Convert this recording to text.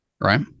Right